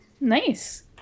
nice